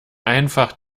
einfach